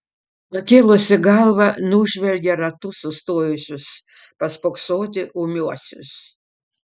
pakėlusi galvą nužvelgia ratu sustojusius paspoksoti ūmiuosius